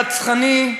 רצחני,